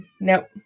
Nope